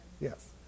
Yes